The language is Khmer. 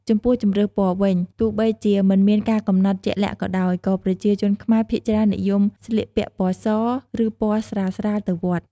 ចំពោះជម្រើសពណ៌វិញ ទោះបីជាមិនមានការកំណត់ជាក់លាក់ក៏ដោយ ក៏ប្រជាជនខ្មែរភាគច្រើននិយមស្លៀកពាក់ពណ៌ស ឬពណ៌ស្រាលៗទៅវត្ត។